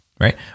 right